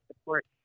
support